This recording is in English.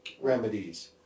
remedies